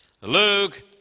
Luke